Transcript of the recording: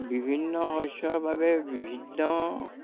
বিভিন্ন শস্যৰ বাবে বিভিন্ন